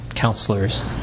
Counselors